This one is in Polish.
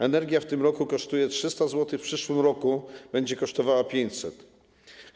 Energia w tym roku kosztuje 300 zł, w przyszłym roku będzie kosztowała 500 zł.